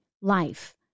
life